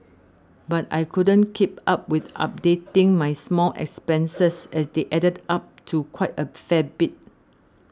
but I couldn't keep up with updating my small expenses as they added up to quite a fair bit